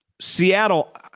Seattle